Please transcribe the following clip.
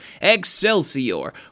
Excelsior